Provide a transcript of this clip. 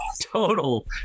total